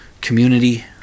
community